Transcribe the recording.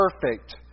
perfect